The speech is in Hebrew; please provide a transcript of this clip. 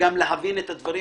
וגם להבין את הדברים,